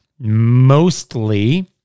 mostly